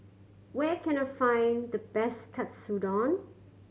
where can I find the best Katsudon